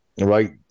Right